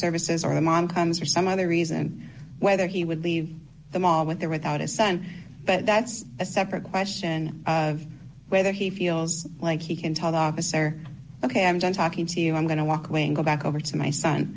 services or the mom comes for some other reason whether he would leave the mom with or without his son but that's a separate question of whether he feels like he can tell the officer ok i'm done talking to you i'm going to walk away and go back over to my son